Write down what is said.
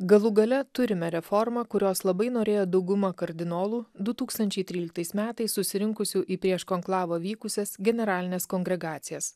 galų gale turime reformą kurios labai norėjo dauguma kardinolų du tūkstančiai tryliktais metais susirinkusių į prieš konklavą vykusias generalines kongregacijas